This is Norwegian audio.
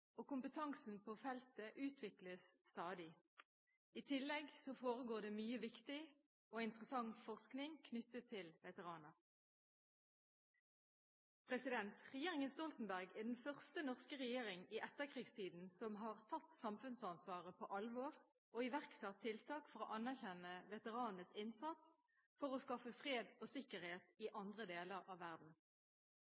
og kompetansen på feltet utvikles stadig. I tillegg foregår det mye viktig og interessant forskning knyttet til veteraner. Regjeringen Stoltenberg er den første norske regjering i etterkrigstiden som har tatt samfunnsansvaret på alvor og iverksatt tiltak for å anerkjenne veteranenes innsats for å skaffe fred og sikkerhet i